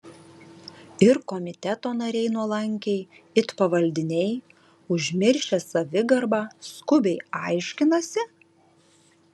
ir komiteto nariai nuolankiai it pavaldiniai užmiršę savigarbą skubiai aiškinasi